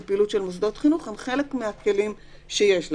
פעילות של מוסדות הם חלק מהכלים שיש לה.